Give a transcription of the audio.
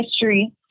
history